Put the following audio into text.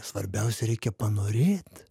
svarbiausia reikia panorėt